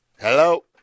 Hello